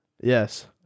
Yes